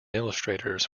illustrators